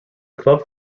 club